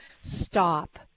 stop